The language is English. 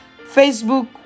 facebook